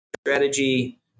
strategy